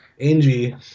Angie